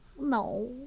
No